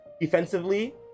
defensively